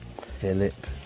Philip